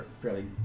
fairly